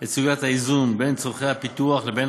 את סוגיית האיזון בין צורכי הפיתוח לבין